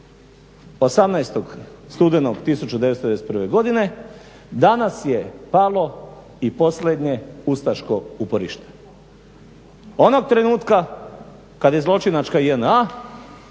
18.studenog 1991.godine "Danas je palo i posljednje ustaško uporište", onog trenutka kada je zločinačka JNA